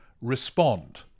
respond